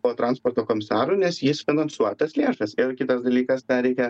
po transporto komisaru nes jis finansuoja tas lėšas ir kitas dalykas dar reikia